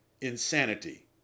Insanity